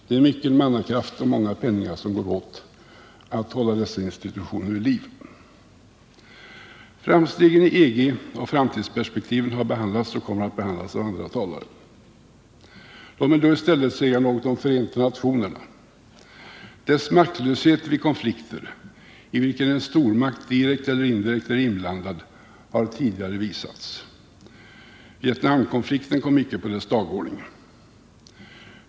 Det är mycken mannakraft och många penningar som går åt för att hålla vissa institutioner vid liv. Framstegen i EG och framtidsperspektiven har behandlats och kommer att behandlas av andra talare. Låt mig då i stället säga något om Förenta nationerna. Dess maktlöshet vid en konflikt i vilken en stormakt direkt eller indirekt är inblandad har tidigare visats. Vietnamkonflikten kom icke upp på dess dagordning.